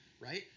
right